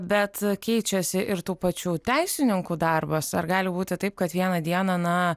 bet keičiasi ir tų pačių teisininkų darbas ar gali būti taip kad vieną dieną na